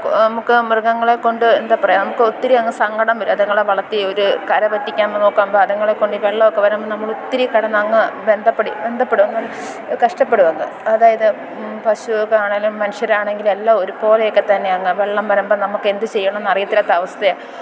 നമുക്ക് മൃഗങ്ങളെക്കൊണ്ട് എന്താപറയുക നമുക്ക് ഒത്തിരിയങ്ങ് സങ്കടം വരും അത്ങ്ങളെ വളത്തി ഒരു കര പറ്റിക്കാന് എന്ന് നോക്കുമ്പം അത്ങ്ങളെക്കൊണ്ട് ഈ വെള്ളം ഒക്കെ വരുമ്പം നമ്മൾ ഒത്തിരി കിടന്നങ്ങ് ബന്ധപ്പെടും എന്നു പറഞ്ഞാൽ കഷ്ടപ്പെടും അങ്ങ് അതായത് പശു ഒക്കെ ആണെങ്കിലും മനുഷ്യരാണെങ്കിലും എല്ലാം ഒരുപോലെയെക്കെത്തന്നെയങ്ങ് വെള്ളം വരുമ്പം നമുക്ക് എന്ത് ചെയ്യണം എന്ന് അറിയത്തില്ലാത്ത അവസ്ഥയാണ്